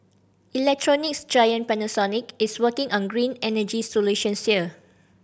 electronics giant Panasonic is working on green energy solutions here